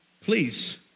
Please